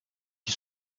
qui